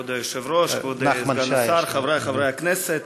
כבוד היושב-ראש, כבוד סגן השר, חבריי חברי הכנסת,